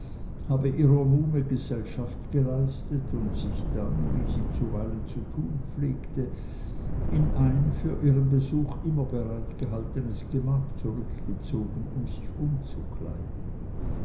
habe ihrer muhme gesellschaft geleistet und sich dann wie sie bisweilen zu tun pflegte in ein für ihren besuch immer bereitgehaltenes gemach zurückgezogen um sich umzukleiden